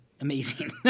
amazing